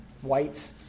white